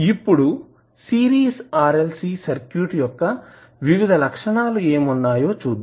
ఇప్పుడు series RLC circuit యొక్క వివిధ లక్షణాలు ఏమి ఉన్నాయో చూద్దాం